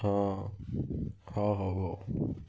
ହଁ ହଁ ହଉ ହଉ